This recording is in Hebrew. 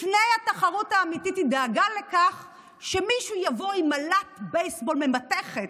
לפני התחרות האמיתית היא דאגה לכך שמישהו יבוא עם אלת בייסבול ממתכת,